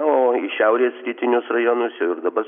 o į šiaurės rytinius rajonus jau ir dabar